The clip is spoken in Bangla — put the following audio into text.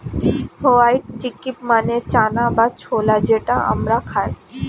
হোয়াইট চিক্পি মানে চানা বা ছোলা যেটা আমরা খাই